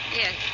yes